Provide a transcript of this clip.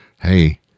Hey